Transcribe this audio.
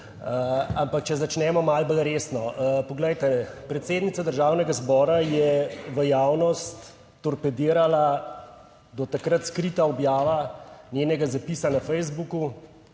Ampak, če začnemo malo bolj resno. Poglejte, predsednica Državnega zbora je v javnost torpedirala do takrat skrita objava njenega zapisa na Facebooku,